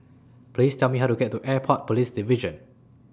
Please Tell Me How to get to Airport Police Division